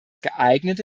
geeignete